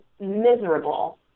miserable